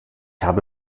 habe